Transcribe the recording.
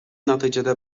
натыйжада